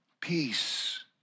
Peace